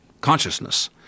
consciousness